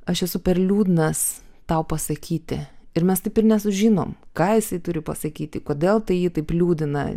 aš esu per liūdnas tau pasakyti ir mes taip ir nesužinom ką jis turi pasakyti kodėl tai jį taip liūdina